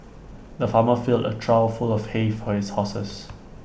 the farmer filled A trough full of hay for his horses